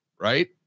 right